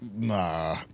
Nah